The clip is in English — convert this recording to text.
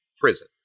prison